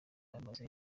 bamaze